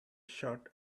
short